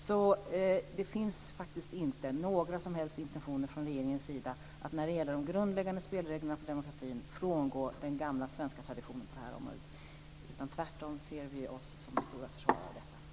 Så det finns faktiskt inte några som helst intentioner från regeringens sida att när det gäller de grundläggande spelreglerna för demokratin frångå den gamla svenska traditionen på detta område. Tvärtom ser vi oss som stora försvarare av den.